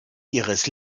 ihres